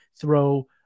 throw